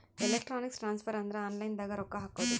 electronic transfer ಅಂದ್ರ online ದಾಗ ರೊಕ್ಕ ಹಾಕೋದು